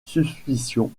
suspicion